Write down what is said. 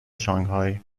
شانگهای